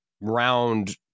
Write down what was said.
round